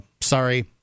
sorry